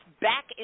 back